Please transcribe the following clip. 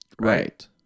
right